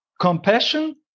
compassion